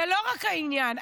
זה לא רק העניין,